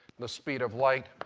the speed of light,